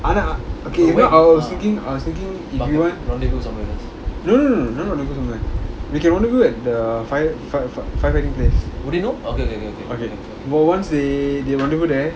ஆனா:ana okay you know I was thinking I was thinking if you will no no no no no no we can rendezvous at the fire f~ fire fighting place okay once they they rendezvous there